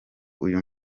uyu